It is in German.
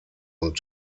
und